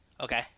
Okay